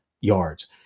yards